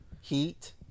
heat